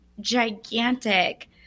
gigantic